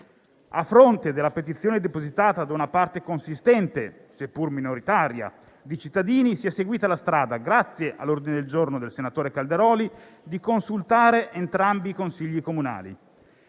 A fronte della petizione depositata da una parte consistente, seppur minoritaria, di cittadini, si è seguita la strada, grazie all'ordine del giorno del senatore Calderoli, di consultare entrambi i consigli comunali: